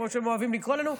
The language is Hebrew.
כמו שהם אוהבים לקרוא לנו,